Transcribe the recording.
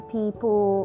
people